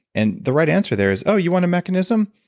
and the right answer there is, oh, you want a mechanism?